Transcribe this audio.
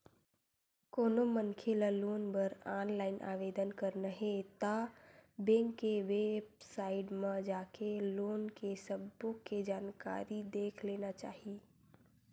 कोनो मनखे ल लोन बर ऑनलाईन आवेदन करना हे ता बेंक के बेबसाइट म जाके लोन के सब्बो के जानकारी देख लेना चाही